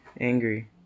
angry